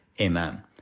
Amen